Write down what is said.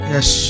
Yes